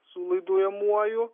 su laidojamuoju